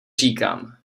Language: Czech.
říkám